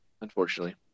Unfortunately